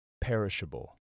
perishable